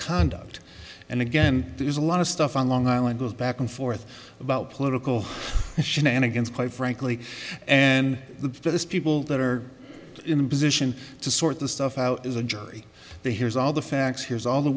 conduct and again there's a lot of stuff on long island goes back and forth about political shenanigans quite frankly and the people that are in a position to sort the stuff out is a jury they hears all the facts hears all the